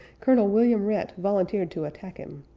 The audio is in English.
colonel william rhett volunteered to attack him.